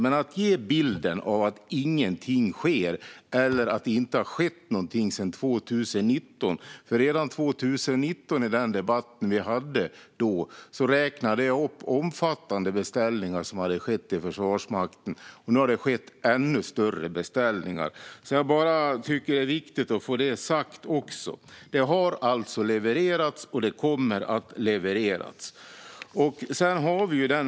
Interpellanten ger bilden av att ingenting sker eller att det inte har skett någonting sedan 2019. Men redan 2019, i den debatt vi hade då, räknade jag upp omfattande beställningar som hade skett i Försvarsmakten. Och nu har det skett ännu större beställningar. Jag tycker att det är viktigt att få också detta sagt. Det har alltså levererats, och det kommer att levereras.